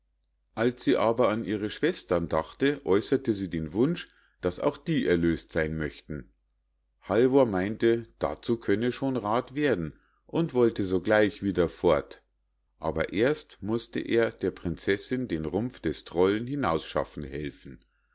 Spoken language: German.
als sie aber an ihre schwestern dachte äußerte sie den wunsch daß auch die erlös't sein möchten halvor meinte dazu könne schon rath werden und wollte sogleich wieder fort aber erst mußte er der prinzessinn den rumpf des trollen hinausschaffen helfen